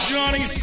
Johnny